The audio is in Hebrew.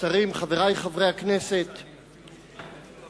אתרים לאומיים ואתרי הנצחה (תיקון מס' 6)